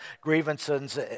grievances